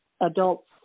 adults